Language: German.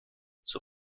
zur